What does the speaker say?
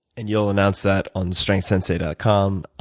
and you'll announce that on strengthsensei dot com.